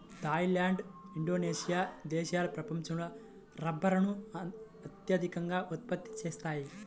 Thai land, Indonesia దేశాలు ప్రపంచంలో రబ్బరును అత్యధికంగా ఉత్పత్తి చేస్తున్నాయి